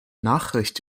nachricht